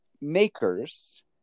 makers